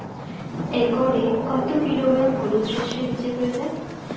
একরে কত কিলোগ্রাম হলুদ সরষে বীজের প্রয়োজন?